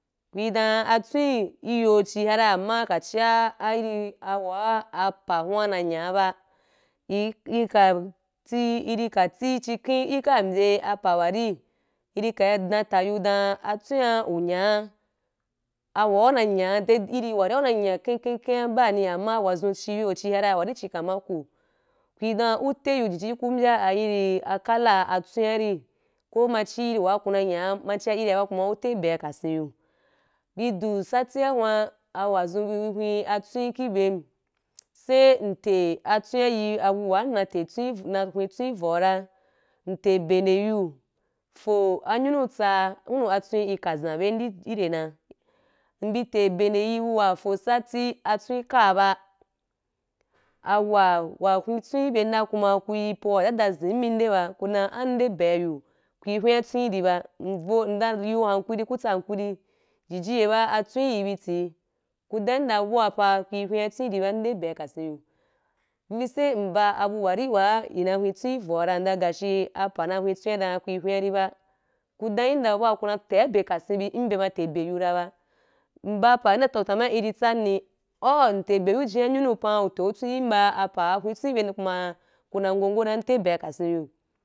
Kui dan atwen iyo ci ha ra, amma ka ciya iri awa apa na nya ba. Iri kati iri ka ti, ciken ika bye pa wa ri, iri ka’i dan te yu dan atwen uya, auwa’u na nya, iri wari una nya kiukiu kiu ba’ni amma wazun ciyo chihara, wari chi kamar ku, kui dan uta yu jiji ku bya ari “kala” atwenari, ko ma chi iri wa ku na nya, ma chi’a iri ba kuma uta be’a kusin yi bi dusati wa hun’n, awuwa zun bi bi hwen atwen ki byen, sai nta atwen yi awuwa nna hweh twen ki voo, nte be nde yu fo ayunu tsa hunu atwen ika zan ben ire na. Mbi te be nde yi wuwa fo santi, atwen ka’aba awuwa wa hweh iben dan kuḿa ku yi po wa dada zin mi nde ba, ku dɛn ana nde be’a yu, kupi hweh twen ri ba. Nvoo, ndan nyu “hankuri” ku tsa hankuri ijiji ye ba atwen ibi ti, ku dan yinn dan bu’a pɛ kui hweh twen ri ba nde abe kasin yu, vin sai mba wuwari wa ina hweh twen ivora ndɛn gashi apa na hweh twen dan kui hweh riba, kui dan yin dara bua ku na te’abe na kasin bi nbe ma te be yu ra ba, nbam pa, ndan toh tama iri tsani? Au nte be yu jina nyunu pɛm ute’u atweh yin ba, apa hweh twen obern ku na ngogo dan nte be’a kasin yu.